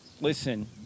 listen